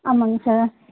ஆமாங்க சார்